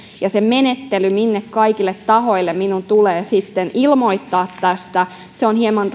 ja menettely mille kaikille tahoille minun tulee ilmoittaa tästä on hieman